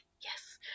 Yes